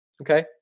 Okay